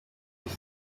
isi